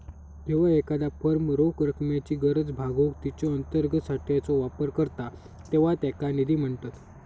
जेव्हा एखादा फर्म रोख रकमेची गरज भागवूक तिच्यो अंतर्गत साठ्याचो वापर करता तेव्हा त्याका निधी म्हणतत